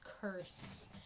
curse